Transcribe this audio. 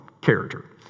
character